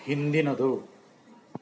ಹಿಂದಿನದು